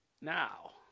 Now